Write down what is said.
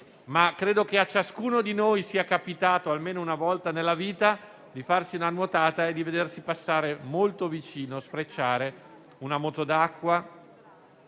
ma credo che a ciascuno di noi sia capitato almeno una volta nella vita di farsi una nuotata e di vedersi sfrecciare molto vicino una moto d'acqua,